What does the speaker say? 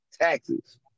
Taxes